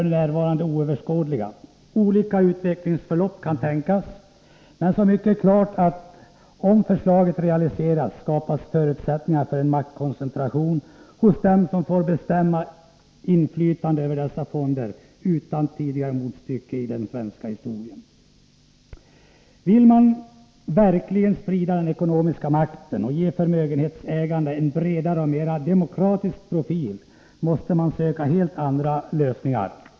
Följderna av detta är f. n. oöverskådliga. Olika utvecklingsförlopp kan tänkas, men så mycket är klart att, om förslaget realiseras, skapas förutsättningar för en maktkoncentration hos dem som får det avgörande inflytandet över dessa fonder utan tidigare motstycke i den svenska historien. Vill man verkligen sprida den ekonomiska makten och ge förmögenhetsägandet en bredare och mera demokratisk profil, måste man söka helt andra lösningar.